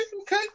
okay